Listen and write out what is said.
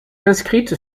inscrite